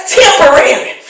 temporary